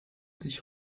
sich